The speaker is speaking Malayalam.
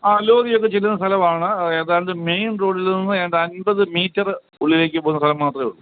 ആ ലോറിയൊക്കെ ചെല്ലുന്ന സ്ഥലമാണ് ഏതാണ്ട് മെയിൻ റോഡിൽ നിന്ന് ഏതാണ്ട് അൻപത് മീറ്റർ ഉള്ളിലേക്ക് പോകുന്ന സ്ഥലം മാത്രമേയുള്ളൂ